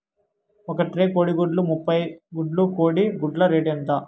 ఒక ట్రే కోడిగుడ్లు ముప్పై గుడ్లు కోడి గుడ్ల రేటు ఎంత?